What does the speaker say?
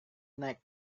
naik